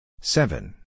seven